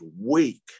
weak